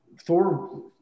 thor